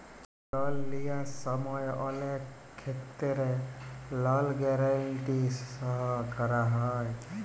লল লিঁয়ার সময় অলেক খেত্তেরে লল গ্যারেলটি সই ক্যরা হয়